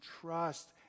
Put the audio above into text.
trust